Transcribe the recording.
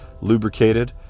lubricated